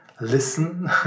listen